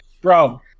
Bro